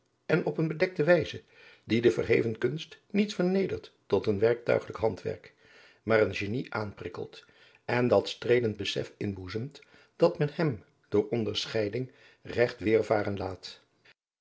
en op eene bedekte wijze die de verheven kunst niet vernedert tot een werktuigelijk handwerk maar een genie aanprikkelt en dat streelend besef inboezemt dat men hem door onderscheiding regt weêrvaren laat